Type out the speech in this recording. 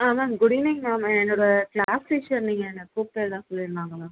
ஆ ma'am good evening ma'am எ என்னோடய class teacher நீங்கள் என்ன கூப்பிட்டதா சொல்லியிருந்தாங்க மேம்